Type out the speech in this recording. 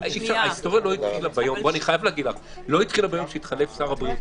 ההיסטוריה לא התחילה ביום שהתחלף שר הבריאות